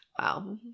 Wow